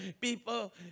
People